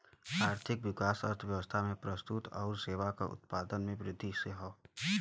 आर्थिक विकास अर्थव्यवस्था में वस्तु आउर सेवा के उत्पादन में वृद्धि से हौ